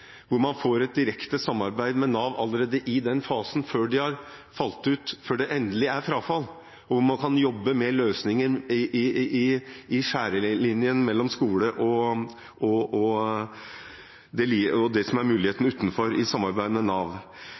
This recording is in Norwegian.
hvor man får et direkte samarbeid med Nav allerede i den fasen, før endelig frafall, hvor man kan jobbe med løsninger i skjæringslinjen mellom skole og det som er muligheten utenfor, i samarbeid med Nav.